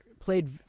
played